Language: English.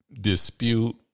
dispute